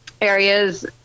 areas